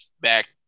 back